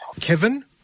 kevin